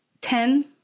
Ten